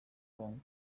congo